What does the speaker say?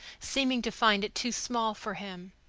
seeming to find it too small for him.